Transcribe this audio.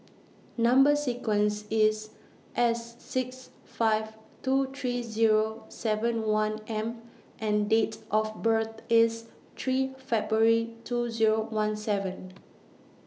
Number sequence IS S six five two three Zero seven one M and Date of birth IS three February two Zero one seven